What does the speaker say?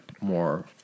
more